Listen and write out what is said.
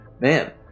man